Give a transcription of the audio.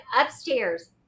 upstairs